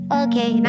okay